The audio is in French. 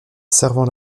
servant